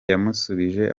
yamusubije